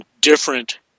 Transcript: different